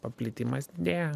paplitimas didėja